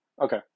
Okay